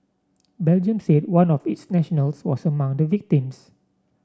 Belgium said one of its nationals was among the victims